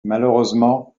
malheureusement